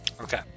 Okay